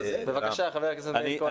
בבקשה, חבר הכנסת מאיר כהן.